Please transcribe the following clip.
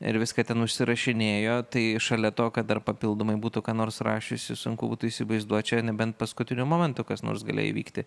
ir viską ten užsirašinėjo tai šalia to kad dar papildomai būtų ką nors rašiusi sunku būtų įsivaizduot čia nebent paskutiniu momentu kas nors galėjo įvykti